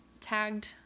tagged